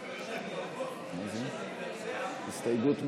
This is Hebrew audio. אנחנו נהנים.